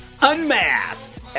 Unmasked